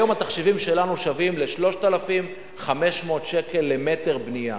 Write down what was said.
היום התחשיבים שלנו שווים ל-3,500 שקל למטר בנייה.